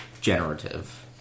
generative